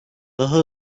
daha